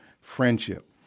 friendship